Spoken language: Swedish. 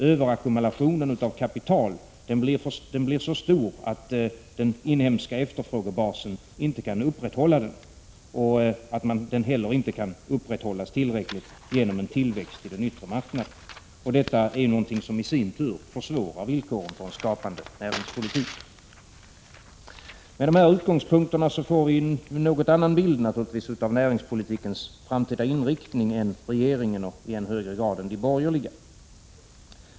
Överackumulationen av kapital blir så stor att den inhemska efterfrågebasen inte kan upprätthålla den. Den kan inte heller upprätthållas tillräckligt genom en tillväxt på den yttre marknaden. Detta är något som i sin tur försvårar villkoren för en skapande näringspolitik. Med dessa utgångspunkter får vi naturligtvis en något annan bild av näringspolitikens framtida inriktning än regeringen och i än högre grad de borgerliga.